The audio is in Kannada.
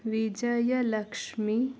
ವಿಜಯಲಕ್ಷ್ಮಿ